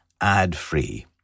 ad-free